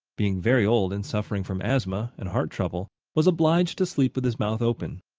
being very old and suffering from asthma and heart trouble, was obliged to sleep with his mouth open.